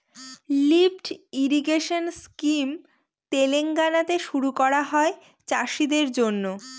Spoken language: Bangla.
লিফ্ট ইরিগেশেন স্কিম তেলেঙ্গানাতে শুরু করা হয় চাষীদের জন্য